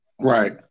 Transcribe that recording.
right